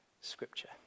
Scripture